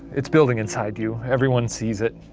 it's building inside you. everyone sees it,